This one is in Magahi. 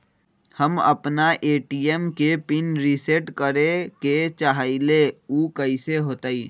हम अपना ए.टी.एम के पिन रिसेट करे के चाहईले उ कईसे होतई?